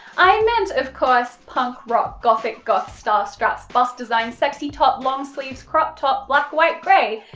i meant, of course punk rock gothic goth star straps bust design sexy top long sleeves crop top black white gray,